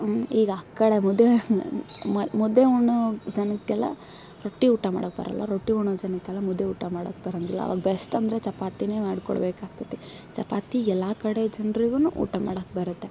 ಈಗ ಆ ಕಡೆ ಮುದ್ದೆ ಮುದ್ದೆ ಉಣ್ಣೋ ಜನಕ್ಕೆಲ್ಲ ರೊಟ್ಟಿ ಊಟ ಮಾಡೋಕೆ ಬರೋಲ್ಲ ರೊಟ್ಟಿ ಉಣ್ಣೋ ಜನಕ್ಕೆಲ್ಲ ಮುದ್ದೆ ಊಟ ಮಾಡೋಕೆ ಬರೋಂಗಿಲ್ಲ ಅವಾಗ ಬೆಸ್ಟ್ ಅಂದರೆ ಚಪಾತಿಯೇ ಮಾಡ್ಕೊಡಬೇಕಾಗ್ತದೆ ಚಪಾತಿ ಎಲ್ಲ ಕಡೆ ಜನರಿಗೂ ಊಟ ಮಾಡೋಕೆ ಬರುತ್ತೆ